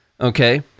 Okay